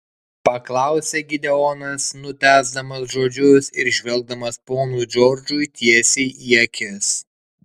paklausė gideonas nutęsdamas žodžius ir žvelgdamas ponui džordžui tiesiai į akis